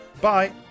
bye